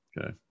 okay